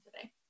today